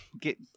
get